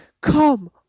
come